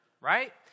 right